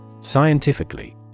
scientifically